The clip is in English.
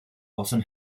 often